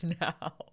now